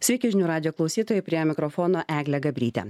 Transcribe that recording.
sveiki žinių radijo klausytojai prie mikrofono eglė gabrytė